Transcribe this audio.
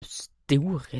store